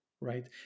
right